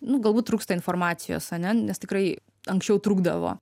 nu galbūt trūksta informacijos ane nes tikrai anksčiau trūkdavo